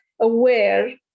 aware